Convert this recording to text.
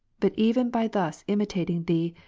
but even by thus imitating thee,